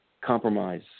compromise